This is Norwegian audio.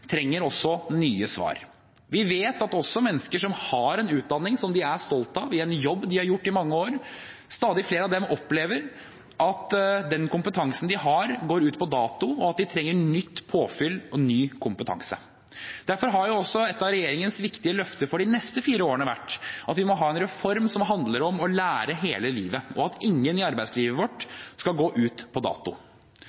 trenger også nye svar. Vi vet at også stadig flere mennesker som har en utdanning som de er stolte av, i en jobb de har gjort i mange år, opplever at den kompetansen de har, går ut på dato, og at de trenger nytt påfyll og ny kompetanse. Derfor har også ett av regjeringens viktige løfter for de fire neste årene vært at vi må ha en reform som handler om å lære hele livet, og at ingen i arbeidslivet vårt